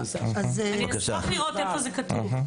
אני אשמח לראות איפה זה כתוב.